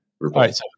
right